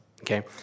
Okay